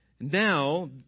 now